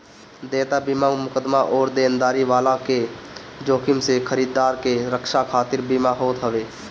देयता बीमा मुकदमा अउरी देनदारी वाला के जोखिम से खरीदार के रक्षा खातिर बीमा होत हवे